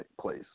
place